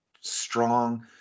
strong